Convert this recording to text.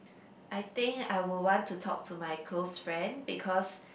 I think I will want to talk to my close friend because